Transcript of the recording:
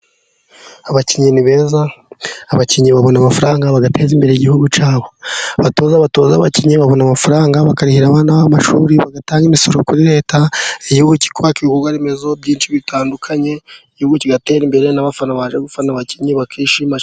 Abakinnyi ni beza, abakinnyi babona amafaranga bagateza imbere igihugu cyabo. Abatoza batoza abakinnyi babona amafaranga bakarihira abana babo amashuri bagatanga imisoro kuri leta remezo byinshi bitandukanye, igihugu kigatera imbere n'abafana baje gufana abakinnyi bakishima.